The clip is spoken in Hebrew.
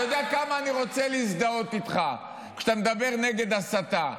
אתה יודע כמה אני רוצה להזדהות איתך כשאתה מדבר נגד הסתה.